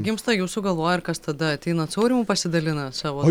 gimsta jūsų galvoj ir kas tada ateinat su aurimu pasidalinat savo